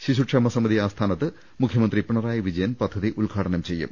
ശിശുക്ഷേമ സമിതി ആസ്ഥാനത്ത് മുഖ്യമന്ത്രി പിണറായി വിജയൻ പദ്ധതി ഉദ്ഘാടനം ചെയ്യും